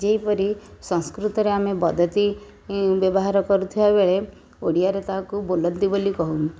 ଯେଉଁପରି ସଂସ୍କୃତରେ ଆମେ ବଦ୍ଧତି ବ୍ୟବହାର କରୁଥିବା ବେଳେ ଓଡ଼ିଆରେ ତାହାକୁ ବୋଲନ୍ତି ବୋଲି କହୁ